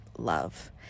love